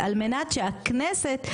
הכנסת.